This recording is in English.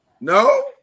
No